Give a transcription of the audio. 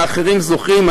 האחרים זוכרים,